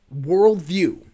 worldview